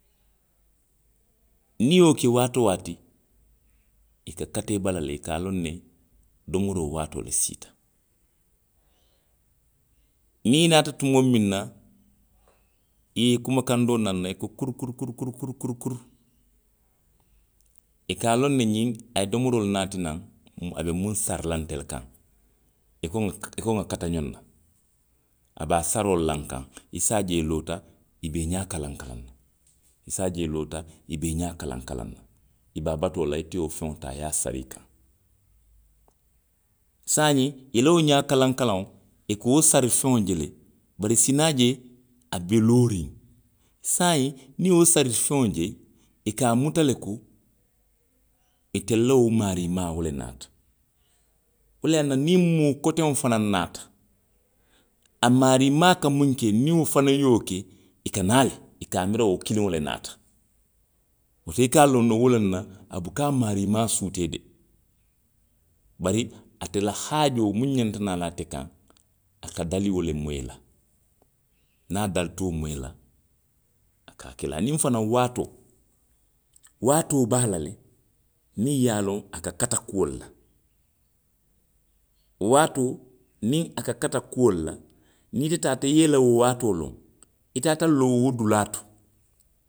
Niŋ i ye wo ke waati woo waati. i ka kata i ba le, i ka a loŋ ne, domoroo waatoo le siita. Niŋ i naata tumoo miŋ na. i ye kumakaŋ doo naati naŋ. i ko kuru kuru kuru, kuru kuru. i ka aloŋ ne ňiŋ, a ye domoroo le naati naŋ a be muŋ sari la ntelu kaŋ. I ko nŋa ka, i ko nŋa kata ňoŋ na, a be a saroo la nkaŋ. i se a je i loota, i be i ňaa kalaŋ kalaŋ na. I se a je i loota i be i ňaa kalaŋ kalaŋ na. I be a batoo la ite ye wo feŋo ňiŋ taa i ye a sari i kaŋ. Saayiŋ, i la wo ňaa kalaŋ kalaŋo. i ka wo sari feŋo je le bari i si naa je, a be looriŋ, saayiŋ niŋ i ye wo sari feŋo je, i ka a muta le ko, itelu la wo maarii maa wo le naata. Wo le ye a tinna niŋ moo koteŋo fanaŋ naata. a maarii maa ka muŋ ke niŋ wo fanaŋ ye wo ke. i ka naa le. i ka a miira ko wo kiliŋo le naata, wo to i ka a loŋ ne wolaŋ na a buka a maarii maa suutee de, bari ate la haajoo muŋ ňanta naa la ate kaŋ, a ka dali wo le moyi la. Niŋ a dalita wo moyi la. a ka a ke le. Aniŋ fanaŋ waatoo, waatoo be a la le, miŋ ye a loŋ a kata kuolu la, waatoo, niŋ a kata kuolu la. niŋ i te taata i ye i la wo waatoo loŋ. i taata loo wo dulaa to,